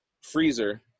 Freezer